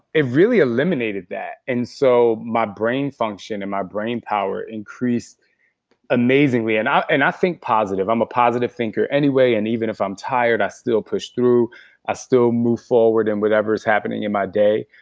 it really eliminated that. and so my brain function and my brainpower increased amazingly. and and i think positive. i'm a positive thinker anyway and even if i'm tired, i still push through us. i still move forward in whatever's happening in my day,